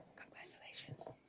congratulations